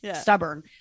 stubborn